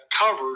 covered